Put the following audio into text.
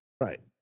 Right